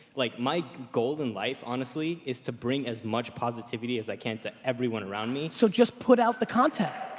like my goal in life honestly is to bring as much positivity as i can to everyone around me. so just put out the content.